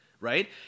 right